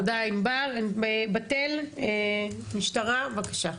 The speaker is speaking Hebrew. תודה ענבל, בתאל, משטרה, בבקשה.